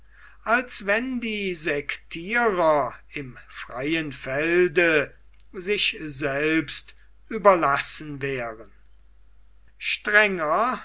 als wenn die sektierer im felde sich selbst überlassen wären